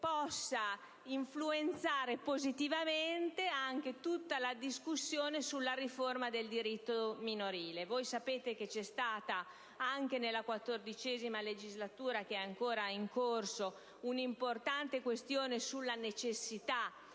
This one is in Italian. possa influenzare positivamente anche tutta la discussione sulla riforma del diritto minorile. Sapete che si è posta anche nella XIV legislatura, e si pone ancora, un'importante questione sulla necessità